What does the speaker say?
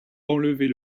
enlever